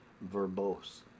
verbose